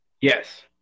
Yes